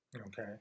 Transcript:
Okay